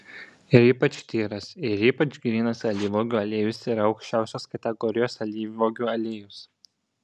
ir ypač tyras ir ypač grynas alyvuogių aliejus yra aukščiausios kategorijos alyvuogių aliejus